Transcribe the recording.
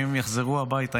האם יחזרו הביתה,